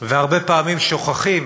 והרבה פעמים שוכחים